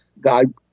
God